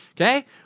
okay